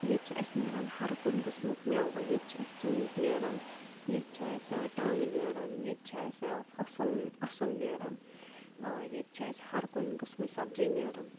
ییٚتہِ چھِ اَسہِ نیران ہَر کُنہِ قٕسمُک مٮ۪وٕ ییٚتہِ چھِ اَسہِ ژوٗنٛٹھۍ نیران ییٚتہِ چھِ اَسہِ ٹَنٛگ نیران ییٚتہِ چھِ اَسہِ فصل اَصٕل نیران آ ییٚتہِ چھِ اَسہِ ہر کُنہِ قٕسمٕچ سبزی نیران